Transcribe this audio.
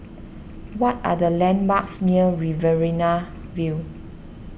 what are the landmarks near Riverina View